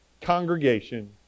congregation